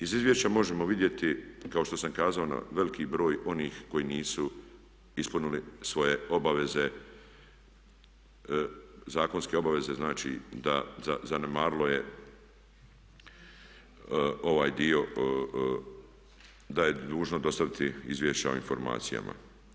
Iz izvješća možemo vidjeti kao što sam kazao veliki broj onih koji nisu ispunili svoje obaveze, zakonske obaveze znači da zanemarilo je ovaj dio da je dužno dostaviti izvješća o informacijama.